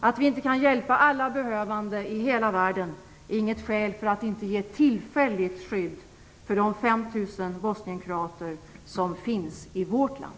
Att vi inte kan hjälpa alla behövande i hela världen är inget skäl för att inte ge tillfälligt skydd till de 5 000 bosnienkroater som finns i vårt land.